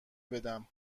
بدم